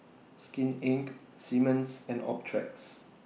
Skin Inc Simmons and Optrex